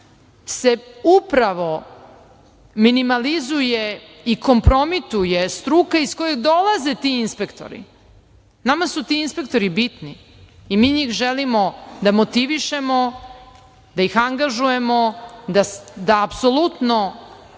se upravo minimalizuje i kompromituje struka iz koje dolaze ti inspektori. Nama su ti inspektori bitni i mi njih želimo da motivišemo, da ih angažujemo, da apsolutno